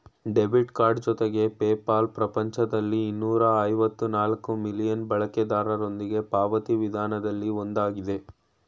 debit card ಜೊತೆಗೆ PayPal ಪ್ರಪಂಚದಲ್ಲಿ ಇನ್ನೂರ ಐವತ್ತ ನಾಲ್ಕ್ ಮಿಲಿಯನ್ ಬಳಕೆದಾರರೊಂದಿಗೆ ಪಾವತಿ ವಿಧಾನದಲ್ಲಿ ಒಂದಾಗಿದೆ